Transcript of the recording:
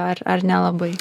ar ar nelabai